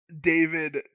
david